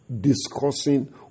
discussing